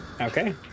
Okay